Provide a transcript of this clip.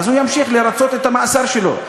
הוא ימשיך לרצות את המאסר שלו.